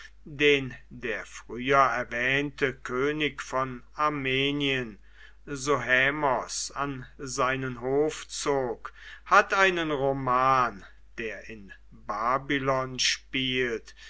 den der früher erwähnte könig von armenien sohaemos an seinen hof zog hat einen roman der in babylon spielt